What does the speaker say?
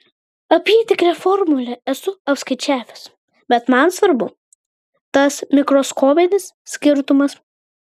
apytikrę formulę esu apskaičiavęs bet man svarbu tas mikroskopinis skirtumas